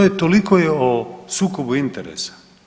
To je, toliko je o sukobu interesa.